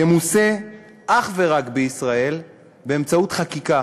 ימוסה אך ורק בישראל, באמצעות חקיקה.